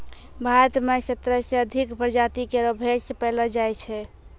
भारत म सत्रह सें अधिक प्रजाति केरो भैंस पैलो जाय छै